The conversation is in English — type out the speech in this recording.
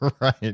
Right